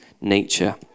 nature